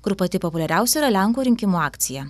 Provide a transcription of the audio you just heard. kur pati populiariausia yra lenkų rinkimų akcija